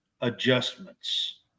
adjustments